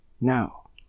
Now